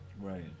Right